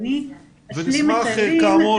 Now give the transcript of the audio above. נשמח כאמור